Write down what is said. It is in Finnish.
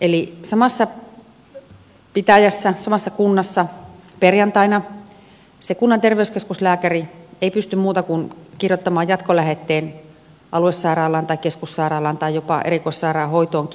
eli samassa pitäjässä samassa kunnassa perjantaina kunnan terveyskeskuslääkäri ei pysty muuta kuin kirjoittamaan jatkolähetteen aluesairaalaan tai keskussairaalaan tai jopa erikoissairaanhoitoon